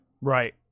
Right